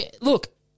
look